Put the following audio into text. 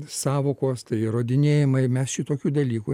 sąvokos tai įrodinėjimai mes šitokių dalykų